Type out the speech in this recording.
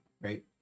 right